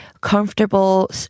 comfortable